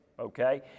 Okay